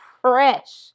Fresh